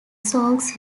songs